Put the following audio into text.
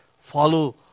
follow